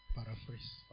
Paraphrase